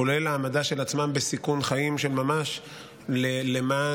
כולל העמדה של עצמם בסיכון חיים של ממש למען